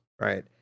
right